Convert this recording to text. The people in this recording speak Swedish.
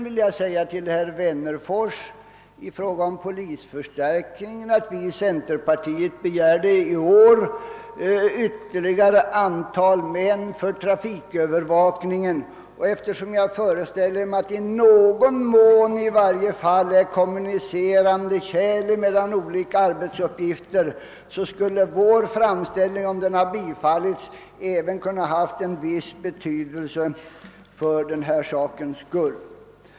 I anslutning till vad herr Wennerfors sade om polisförstärkning vill jag erinra om att centerpartiet i år begärde ytterligare ett antal polismän för trafikövervakning. Eftersom jag föreställer mig, att det i varje fall i någon mån är så att säga kommunicerande kärl mellan olika arbetsuppgifter, skulle ett bifall till vår framtällning även ha haft en viss betydelse för den sak vi nu diskuterar.